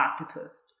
octopus